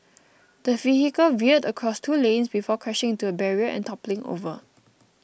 the vehicle veered across two lanes before crashing into a barrier and toppling over